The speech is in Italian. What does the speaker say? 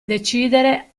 decidere